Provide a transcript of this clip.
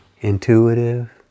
intuitive